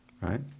right